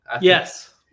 Yes